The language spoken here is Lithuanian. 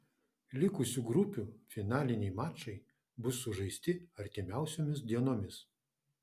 likusių grupių finaliniai mačai bus sužaisti artimiausiomis dienomis